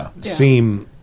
seem